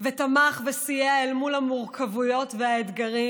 ותמך וסייע אל מול המורכבויות והאתגרים.